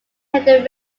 headed